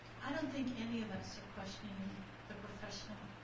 i don't think any of us are questioning the professional